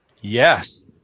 Yes